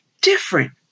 different